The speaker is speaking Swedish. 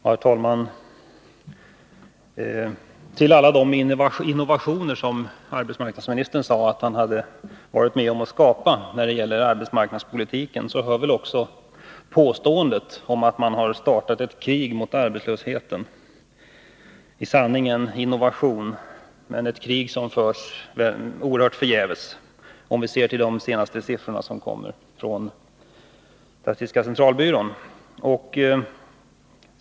Herr talman! Till alla de innovationer som arbetsmarknadsministern sade att han hade varit med om att åstadkomma när det gäller arbetsmarknadspolitiken hör väl också påståendet att man startat ett krig mot arbetslösheten — det är i sanning en innovation. Men det kriget förs verkligen förgäves, med tanke på de senaste siffrorna från statistiska centralbyrån.